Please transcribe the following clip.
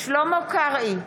שלמה קרעי,